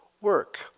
work